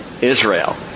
Israel